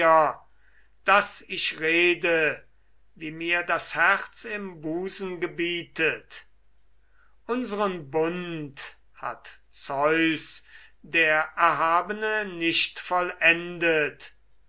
daß ich rede wie mir das herz im busen gebietet unseren bund hat zeus der erhabene nicht vollendet